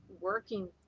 working